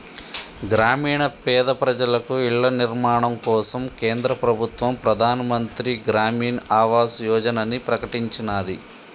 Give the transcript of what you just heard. గ్రామీణ పేద ప్రజలకు ఇళ్ల నిర్మాణం కోసం కేంద్ర ప్రభుత్వం ప్రధాన్ మంత్రి గ్రామీన్ ఆవాస్ యోజనని ప్రకటించినాది